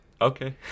okay